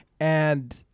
and-